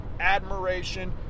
admiration